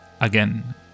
again